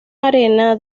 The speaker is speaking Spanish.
arena